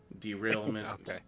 Derailment